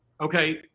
okay